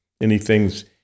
anything's